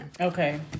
Okay